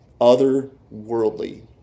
Otherworldly